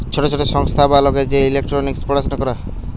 ছোট ছোট সংস্থা বা লোকের যে ইকোনোমিক্স পড়াশুনা করা হয়